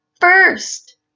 first